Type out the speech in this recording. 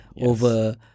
over